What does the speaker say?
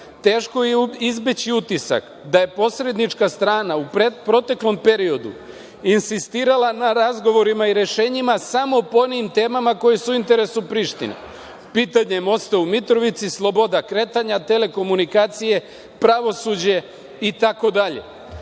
je izbeći utisak da je posrednička strana u proteklom periodu insistirala na razgovorima i rešenjima samo po onim temama koje su u interesu Prištine, pitanje mosta u Mitrovici, sloboda kretanja, telekomunacije, pravosuđe itd.